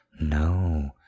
no